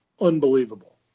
unbelievable